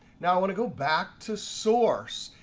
now i want to go back to source,